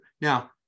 Now